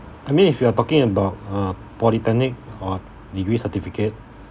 I mean if you are talking about uh polytechnic or degree certificate